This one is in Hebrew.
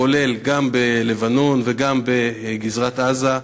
כולל בלבנון וגם בגזרת עזה.